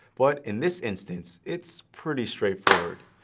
but in this instance its pretty straightforward.